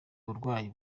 uburwayi